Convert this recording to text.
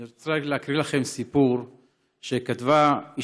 אני רק רוצה להקריא לכם סיפור שכתבה לי